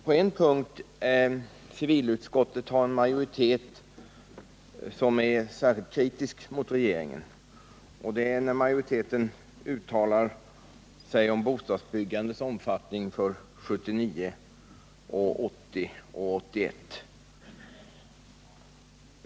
På en punkt är civilutskottets majoritet särskilt kritisk mot regeringen, nämligen när majoriteten uttalar sig om bostadsbyggandets omfattning 1979, 1980 och 1981.